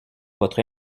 votre